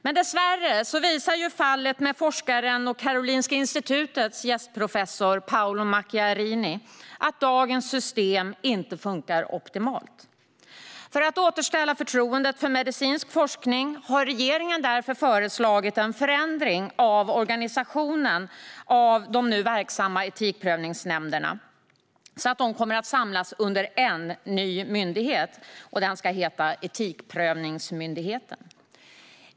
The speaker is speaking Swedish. Men dessvärre visade fallet med forskaren och Karolinska institutets gästprofessor Paolo Macchiarini att dagens system inte fungerar optimalt. För att återställa förtroendet för medicinsk forskning har regeringen därför föreslagit en förändring av organisationen av de nu verksamma etikprövningsnämnderna så att de kommer att samlas under en enda ny myndighet. Den ska heta Etikprövningsmyndigheten.